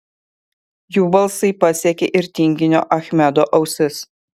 jų balsai pasiekė ir tinginio achmedo ausis